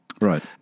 Right